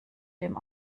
dem